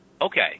Okay